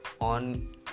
on